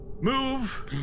move